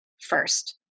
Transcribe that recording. first